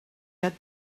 had